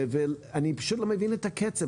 אני פשוט לא מבין את הקצב.